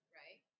right